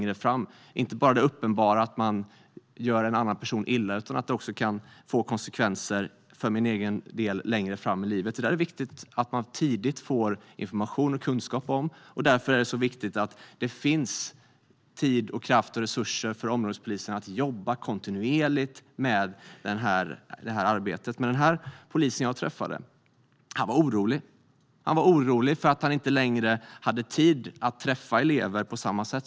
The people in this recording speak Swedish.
Det gäller inte enbart det uppenbara, att man gör en annan person illa, utan det kan även få konsekvenser för ens egen del längre fram i livet. Det är viktigt att man tidigt får information och kunskap om detta, och därför är det viktigt att det finns tid, kraft och resurser för områdespolisen att kontinuerligt jobba med det här. Men den polis som jag träffade var orolig. Han var orolig för att han inte längre har tid att träffa elever på samma sätt.